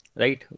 right